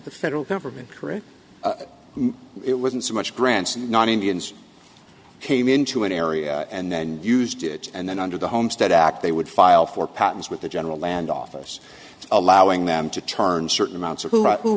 the federal government correct it wasn't so much grants and not indians came into an area and then used it and then under the homestead act they would file for patents with the general land office allowing them to turn certain amounts of who